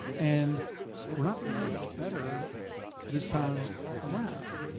and we're not doing that much better this time around.